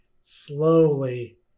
slowly